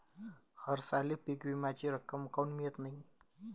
हरसाली पीक विम्याची रक्कम काऊन मियत नाई?